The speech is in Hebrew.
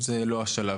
זה לא השלב.